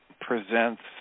presents